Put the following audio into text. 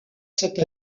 cette